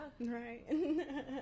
Right